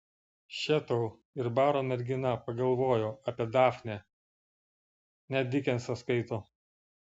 še tau ir baro mergina pagalvojo apie dafnę net dikensą skaito